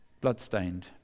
Bloodstained